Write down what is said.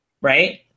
Right